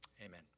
amen